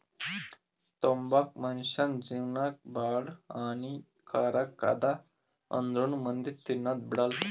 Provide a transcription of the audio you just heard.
ತಂಬಾಕು ಮುನುಷ್ಯನ್ ಜೇವನಕ್ ಭಾಳ ಹಾನಿ ಕಾರಕ್ ಅದಾ ಆಂದ್ರುನೂ ಮಂದಿ ತಿನದ್ ಬಿಡಲ್ಲ